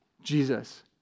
Jesus